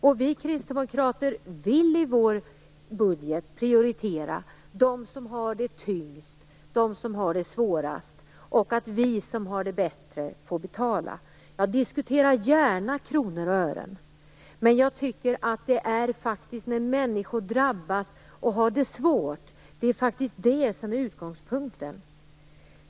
Vi kristdemokrater vill i vår budget prioritera dem som har det tyngst, dem som har det svårast. Vi vill att de som har det bättre får betala. Jag diskuterar gärna kronor och ören. Men jag tycker faktiskt att man måste utgå från de människor som drabbas och som har det svårt.